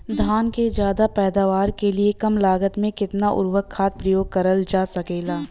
धान क ज्यादा पैदावार के लिए कम लागत में कितना उर्वरक खाद प्रयोग करल जा सकेला?